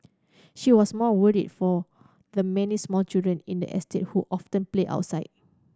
she was more for the many small children in the estate who often play outside